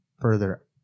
further